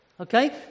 Okay